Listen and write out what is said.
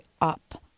up